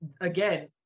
again